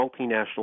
multinational